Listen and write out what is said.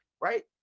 Right